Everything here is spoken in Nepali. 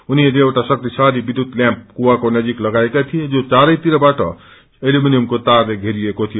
उनीहरूले एउटा शक्तिशाली विधुत ल्याम्प ुवाको नजिक लगाएका थिए जो चरैतिरबाट एल्युमिनियमको तारले वेरिएको थियो